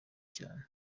cyane